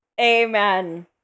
Amen